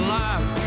life